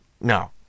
no